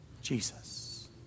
Jesus